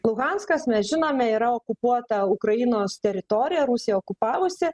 luhanskas mes žinome yra okupuota ukrainos teritorija rusija okupavusi